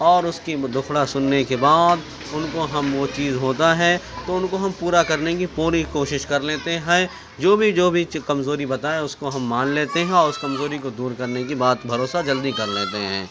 اور اس کی دکھڑا سننے کے بعد ان کو ہم وہ چیز ہوتا ہے تو ان کو ہم پورا کرنے کی پوری کوشش کر لیتے ہے جو بھی جو بھی کمزوری بتائے اس کو ہم مان لیتے ہیں اور اس کمزوری کو دور کرنے کی بات بھروسہ جلدی کر لیتے ہیں